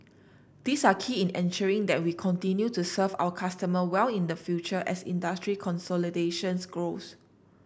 these are key in ensuring that we continue to serve our customer well in the future as industry consolidations grows